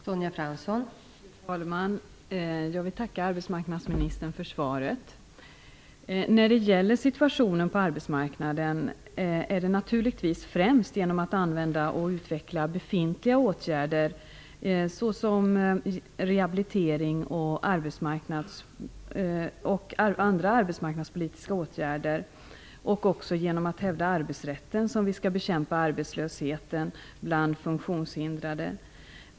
Fru talman! Jag vill tacka arbetsmarknadsministern för svaret. Det är naturligtvis främst genom att använda och utveckla befintliga åtgärder på arbetsmarknaden, såsom rehabilitering och andra arbetsmarknadspolitiska åtgärder, och genom att hävda arbetsrätten som vi skall bekämpa arbetslösheten bland funktionshindrade.